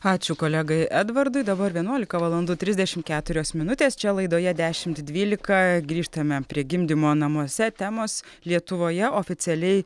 ačiū kolegai edvardui dabar vienuolika valandų trisdešimt keturios minutės čia laidoje dešimt dvylika grįžtame prie gimdymo namuose temos lietuvoje oficialiai